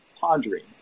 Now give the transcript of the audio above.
pondering